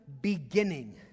beginning